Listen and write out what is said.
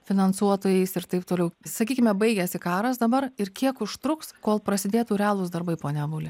finansuotojais ir taip toliau sakykime baigėsi karas dabar ir kiek užtruks kol prasidėtų realūs darbai pone avuli